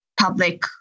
public